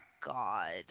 God